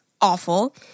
awful